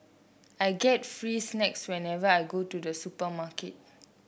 I get free snacks whenever I go to the supermarket